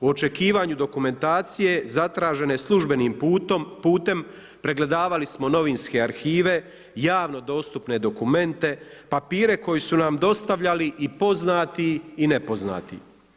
U očekivanju dokumentacije, zatražene službenim putem, pregledavali smo novinske arhive, javno dostupne dokumente, papire koji su nam dostavljali i poznati i nepoznati.